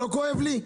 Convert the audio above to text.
לא יכאב לי?